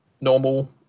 normal